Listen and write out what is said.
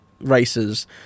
races